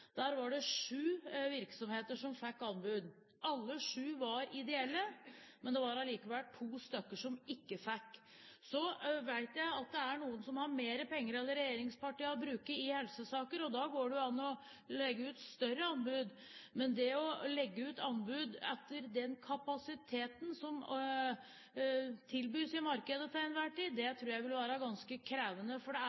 Der var det sju virksomheter som vant anbud. Alle sju var ideelle, men det var allikevel to stykker som ikke fikk aksept. Så vet jeg at det er noen som har mer penger enn regjeringspartiene å bruke i helsesaker, og da går det an å legge ut større anbud. Men det å legge ut anbud etter den kapasiteten som tilbys i markedet til enhver tid, tror jeg vil være ganske krevende, for det